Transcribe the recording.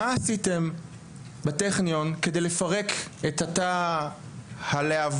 מה עשיתם בטכניון כדי לפרק את התא הלהבה,